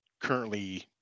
currently